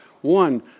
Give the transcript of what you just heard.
one